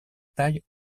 taille